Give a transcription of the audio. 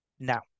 Now